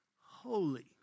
holy